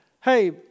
hey